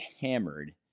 hammered